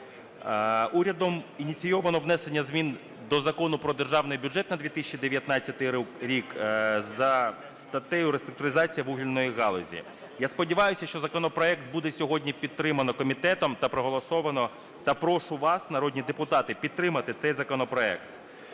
Урядом ініційовано внесення змін до Закону "Про Державний бюджет на 2019 рік" за статтею "Реструктуризація вугільної галузі". Я сподіваюся, що законопроект буде сьогодні підтримано комітетом та проголосовано, та прошу вас, народні депутати, підтримати цей законопроект.